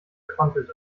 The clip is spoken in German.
gequantelt